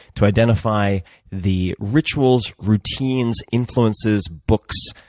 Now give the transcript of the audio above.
to identify the rituals, routines, influences, books,